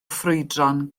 ffrwydron